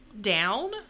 down